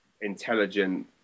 intelligent